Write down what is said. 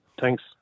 Thanks